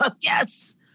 Yes